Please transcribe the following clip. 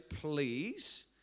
please